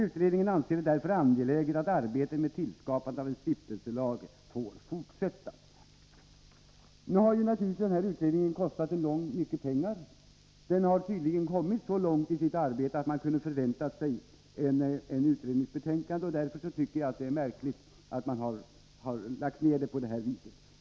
——-— Utredningen anser det därför angeläget att arbetet med tillskapandet av en stiftelselag får fortsätta.” Denna utredning har naturligtvis kostat mycket pengar. Den hade tydligen kommit så långt i sitt arbete att vi hade kunnat förvänta oss ett utredningsbetänkande. Därför tycker jag att det är märkligt att regeringen på detta vis har lagt ned utredningen.